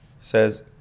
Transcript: says